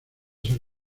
ser